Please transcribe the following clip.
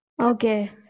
Okay